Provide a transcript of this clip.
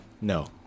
No